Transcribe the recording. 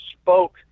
spoke